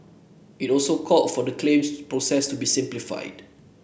it also called for the claims process to be simplified